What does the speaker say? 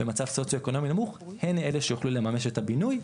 במצב סוציו-אקונומי נמוך הן אלה שיוכלו לממש את הבינוי,